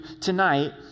tonight